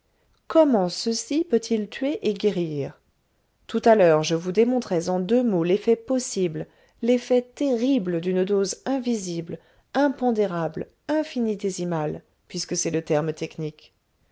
comment ceci peut-il tuer et guérir tout à l'heure je vous démontrais en deux mots l'effet possible l'effet terrible d'une dose invisible impondérable infinitésimale puisque c'est le terme technique